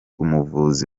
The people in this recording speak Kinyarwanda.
umuvuzi